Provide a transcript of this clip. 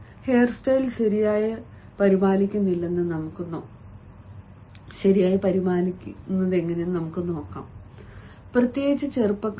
hair style ശരിയായി പരിപാലിക്കുന്നില്ലെന്ന് നമുക്ക് നോക്കാം പ്രത്യേകിച്ച് ചെറുപ്പക്കാർ